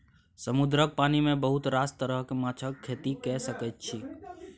समुद्रक पानि मे बहुत रास तरहक माछक खेती कए सकैत छी